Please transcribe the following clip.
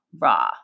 raw